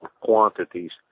quantities